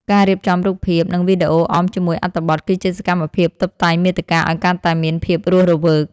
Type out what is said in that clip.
ការរៀបចំរូបភាព និងវីដេអូអមជាមួយអត្ថបទ គឺជាសកម្មភាពតុបតែងមាតិកាឱ្យកាន់តែមានភាពរស់រវើក។